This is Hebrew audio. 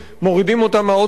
אומרים להם: לכו.